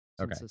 Okay